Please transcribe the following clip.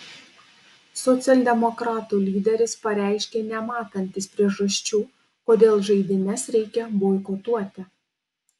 socialdemokratų lyderis pareiškė nematantis priežasčių kodėl žaidynes reikia boikotuoti